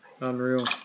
Unreal